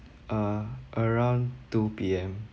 err around two P_M